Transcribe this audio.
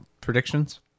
predictions